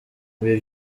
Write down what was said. ibi